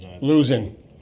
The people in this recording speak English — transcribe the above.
Losing